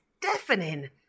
deafening